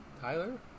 Tyler